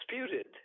disputed